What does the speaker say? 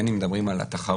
בין אם מדברים על התחרות